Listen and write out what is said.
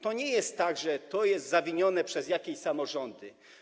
To nie jest tak, że to jest zawinione przez jakieś samorządy.